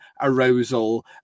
arousal